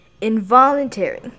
Involuntary